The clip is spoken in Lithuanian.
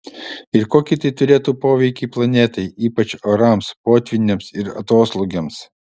ir kokį tai turėtų poveikį planetai ypač orams potvyniams ir atoslūgiams